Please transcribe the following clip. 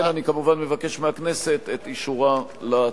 אם כן, אני, כמובן, מבקש מהכנסת את אישורה להצעה.